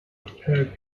per